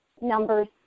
numbers